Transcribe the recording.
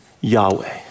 Yahweh